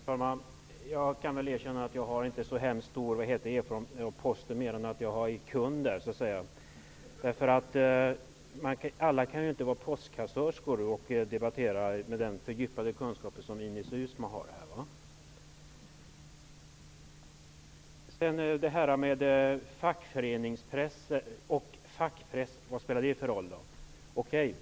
Herr talman! Jag kan erkänna att jag inte har större erfarenhet av Posten än att jag är kund där. Alla kan väl inte vara postkassörskor och debattera med den fördjupade kunskap som Ines Uusmann har. Vad spelar det för roll om det är fackföreningspress eller fackpress?